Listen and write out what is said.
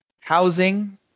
Housing